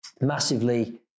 massively